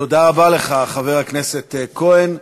תודה רבה לך, חבר הכנסת כהן.